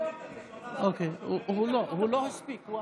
הוא לא הספיק, אנחנו נבדוק את זה.